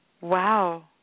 Wow